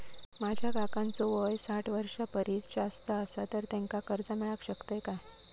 माझ्या काकांचो वय साठ वर्षां परिस जास्त आसा तर त्यांका कर्जा मेळाक शकतय काय?